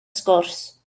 sgwrs